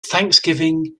thanksgiving